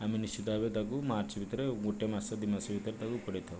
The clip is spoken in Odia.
ଆମେ ନିଶ୍ଚିତ ଭାବେ ତାକୁ ମାର୍ଚ୍ଚ ଭିତରେ ଗୋଟେ ମାସ ଦୁଇ ମାସ ଭିତରେ ତା'କୁ ଉପାଡ଼ି ଥାଉ